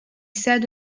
said